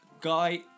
Guy